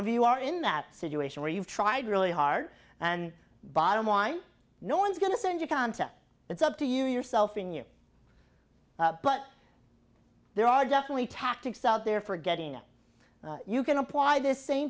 of you are in that situation where you've tried really hard and bottom line no one's going to send you content it's up to you yourself in you but there are definitely tactics out there for getting out you can apply this same